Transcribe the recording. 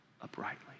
uprightly